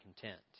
content